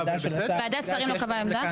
העמדה --- ועדת השרים לא קבעה עמדה?